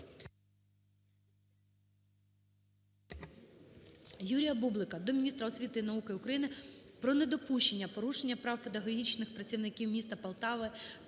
Юрія Бублика до міністра освіти і науки України про недопущення порушення прав педагогічних працівників міста Полтави